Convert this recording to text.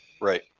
Right